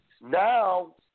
Now